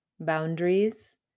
boundaries